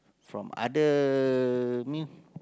from other new